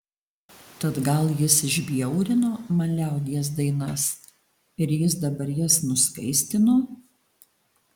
tad gal jis išbjaurino man liaudies dainas ir jis dabar jas nuskaistino